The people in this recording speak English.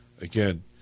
Again